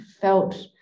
felt